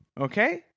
Okay